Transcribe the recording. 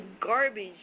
garbage